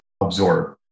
absorb